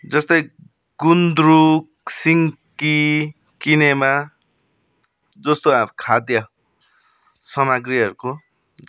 जस्तै गुन्द्रुक सिन्की किनेमा जस्तो खाद्य सामाग्रीहरूको